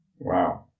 Wow